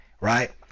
right